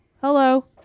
Hello